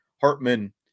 Hartman –